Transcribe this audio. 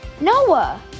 Noah